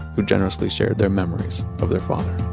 who generously shared their memories of their father